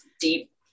deep